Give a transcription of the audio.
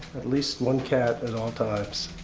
at least one cat at all times.